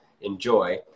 enjoy